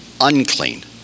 unclean